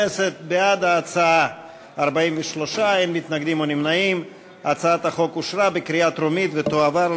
ההצעה להעביר את הצעת חוק ביטוח פיקדונות בתאגיד בנקאי,